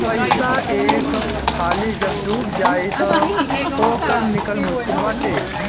पईसा एक हाली जब डूब जाई तअ ओकर निकल मुश्लिक बाटे